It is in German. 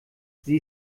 sie